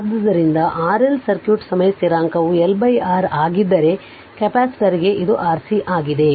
ಆದ್ದರಿಂದ RL circuit ಸಮಯ ಸ್ಥಿರಾಂಕವು L R ಆಗಿದ್ದರೆ ಕೆಪಾಸಿಟರ್ಗೆ ಇದು R C ಆಗಿದೆ